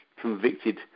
convicted